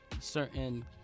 certain